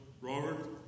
Robert